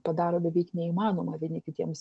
padaro beveik neįmanoma vieni kitiems